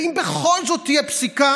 ואם בכל זאת תהיה פסיקה,